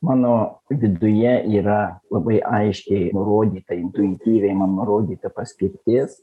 mano viduje yra labai aiškiai nurodyta intuityviai man nurodyta paskirtis